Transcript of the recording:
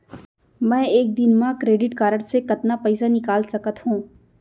मैं एक दिन म क्रेडिट कारड से कतना पइसा निकाल सकत हो?